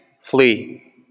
flee